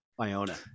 Iona